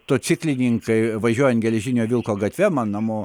tociklininkai važiuojant geležinio vilko gatve man namo